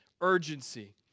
urgency